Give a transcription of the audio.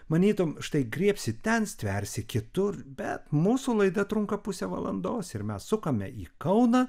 manytum štai griebsi ten stversi kitur bet mūsų laida trunka pusę valandos ir mes sukame į kauną